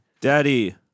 Daddy